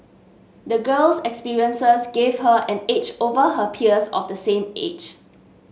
the girl's experiences gave her an edge over her peers of the same age